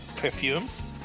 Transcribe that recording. perfumes?